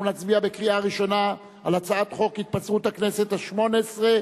אנחנו נצביע בקריאה ראשונה על הצעת חוק התפזרות הכנסת השמונה-עשרה,